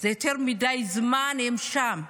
יותר מדי זמן הם שם.